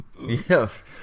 yes